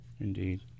Indeed